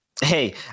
Hey